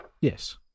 Yes